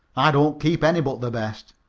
i don't keep any but the best.